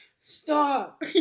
Stop